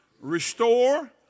Restore